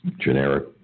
generic